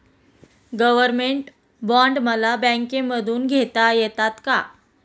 Government bond मला बँकेमधून घेता येतात का?